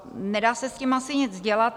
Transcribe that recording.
Nedá se s tím asi nic dělat.